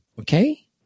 okay